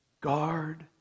guard